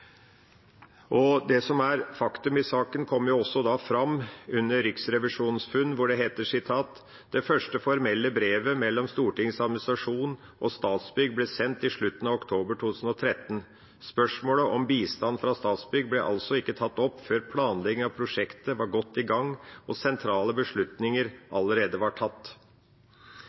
presidentskapet. Det som er faktum i saken, kommer også fram i Riksrevisjonens funn, hvor det heter: «Det første formelle brevet mellom Stortingets administrasjon og Statsbygg ble sendt i slutten av oktober 2013. Spørsmålet om bistand fra Statsbygg ble altså ikke tatt opp før planleggingen av prosjektet var godt i gang og sentrale beslutninger allerede var tatt.»